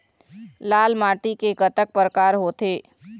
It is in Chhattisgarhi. लाल माटी के कतक परकार होथे?